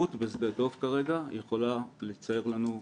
שהישארות בשדה דב כרגע יכולה לצייר לנו פגיעה.